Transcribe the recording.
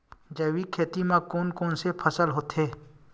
जैविक खेती म कोन कोन से फसल होथे?